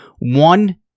one